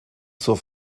zur